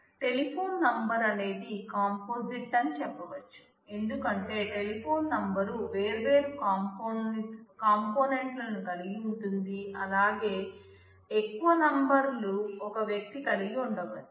telephone number అనేది composite అని చెప్పవచ్చు ఎందుకంటే టెలిఫోన్ నంబర్ వేర్వేరు కాంపోనెంట్లను కలిగి ఉంటుంది అలాగే ఎక్కువ నంబర్లు ఒక వ్యక్తి కలిగి ఉండవచ్చు